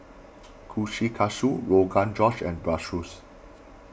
Kushikatsu Rogan Josh and Bratwurst